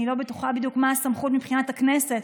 אני לא בטוחה בדיוק מה הסמכות מבחינת הכנסת,